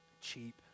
Cheap